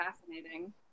fascinating